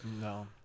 No